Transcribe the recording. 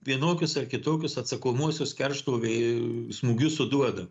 vienokius ar kitokius atsakomuosius keršto vė smūgius suduoda